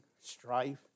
strife